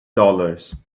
dollars